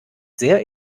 sehr